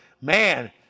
man